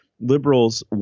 liberals